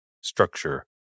structure